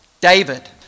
David